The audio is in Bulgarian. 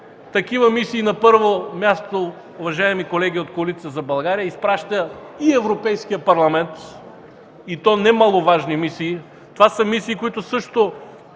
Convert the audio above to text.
Такива мисии, на първо място, уважаеми колеги от Коалиция за България, изпраща и Европейският парламент, и то не маловажни мисии. Това са мисии, които също